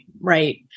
right